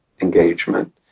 engagement